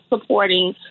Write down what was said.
supporting